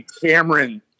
Cameron